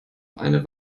eine